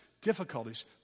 difficulties